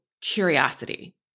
curiosity